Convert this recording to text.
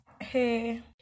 hey